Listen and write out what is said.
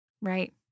right